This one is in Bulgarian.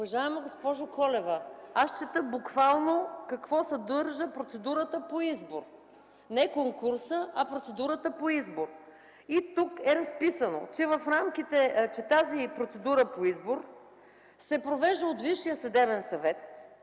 Уважаема госпожо Колева, аз чета буквално какво съдържа процедурата по избор, не конкурса, а процедурата по избор. Тук е разписано, че тази процедура по избор се провежда от Висшия съдебен съвет